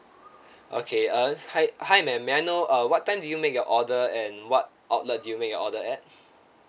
okay uh hi hi ma'am may I know uh what time did you make your order and what outlet did you make your order at